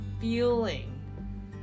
feeling